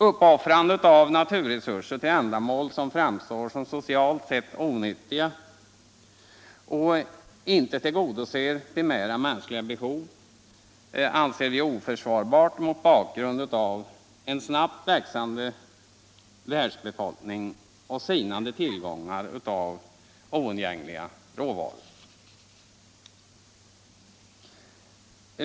Uppoffrande av naturresurser till ändamål som framstår som socialt onyttiga och som inte tillgodoser primära mänskliga behov är oförsvarbart mot bakgrund av en snabbt växande världsbefolkning och sinande tillgång till oundgängliga råvaror.